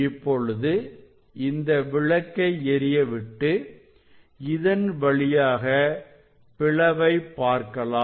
இப்பொழுது இந்த விளக்கை எரியவிட்டு இதன் வழியாக பிளவை பார்க்கலாம்